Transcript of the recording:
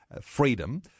freedom